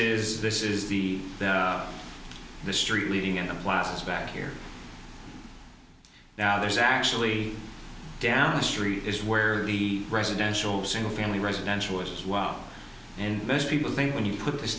is this is the the street leading in the plaza back here now there's actually down the street is where the residential single family residential as well and most people think when you put this